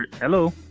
hello